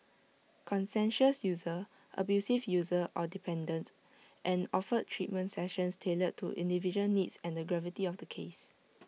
conscientious user abusive user or dependents and offered treatment sessions tailored to individual needs and the gravity of the case